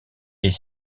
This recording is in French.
est